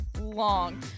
long